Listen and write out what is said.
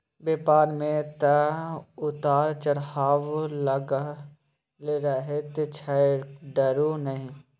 बेपार मे तँ उतार चढ़ाव लागलै रहैत छै डरु नहि